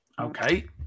okay